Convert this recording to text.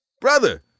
brother